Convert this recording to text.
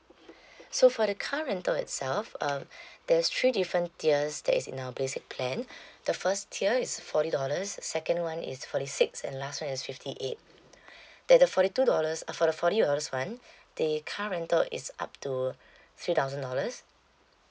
so for the car rental itself uh there's three different tiers that is in our basic plan the first tier is forty dollars second one is forty six and last one is fifty eight that the thirty forty two dollars uh for the forty dollars [one] the car rental is up to three thousand dollars